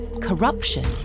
corruption